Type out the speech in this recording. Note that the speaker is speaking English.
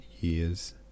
year's